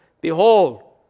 Behold